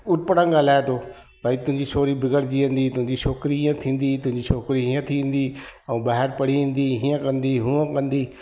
उट पटांग ॻाल्हाए थो भई तुहिंजी छोरी बिगड़जी वेंदी छोकिरी इहे थींदी तुंहिंजी छोकिरी इहे थींदी ऐं ॿाहिरि पढ़ी ईंदी हीअं कंदी हूअं कंदी